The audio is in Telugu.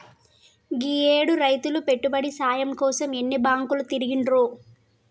గీయేడు రైతులు పెట్టుబడి సాయం కోసం ఎన్ని బాంకులు తిరిగిండ్రో